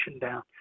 down